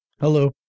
Hello